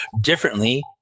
differently